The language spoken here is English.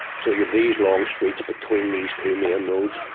so you've these long streets between these two main roads.